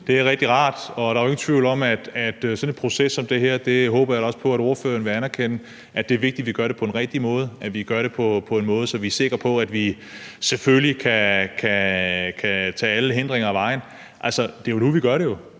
det er rigtig rart, og der er jo ingen tvivl om, at det i forbindelse med sådan en proces som den her – og det håber jeg da også ordføreren vil anerkende – er vigtigt, at vi gør det på den rigtige måde, at vi gør det på en måde, så vi er sikre på, at vi selvfølgelig kan få alle hindringer af vejen. Det er jo nu, vi gør det,